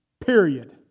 Period